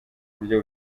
buryo